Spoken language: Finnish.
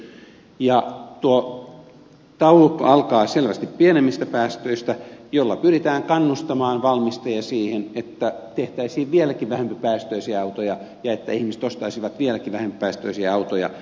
tuo taulukko alkaa selvästi pienemmistä päästöistä millä pyritään kannustamaan valmistajia siihen että tehtäisiin vieläkin vähempipäästöisiä autoja ja että ihmiset ostaisivat vieläkin vähempipäästöisiä autoja